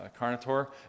Carnotaur